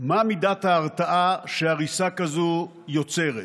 מה מידת ההרתעה שהריסה כזאת יוצרת.